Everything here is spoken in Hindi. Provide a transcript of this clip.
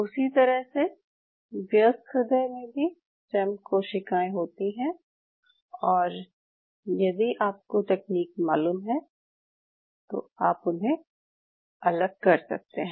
उसी तरह से व्यस्क ह्रदय में भी स्टेम कोशिकाएं होती हैं और यदि आपको तकनीक मालूम हैं तो आप उन्हें अलग कर सकते हैं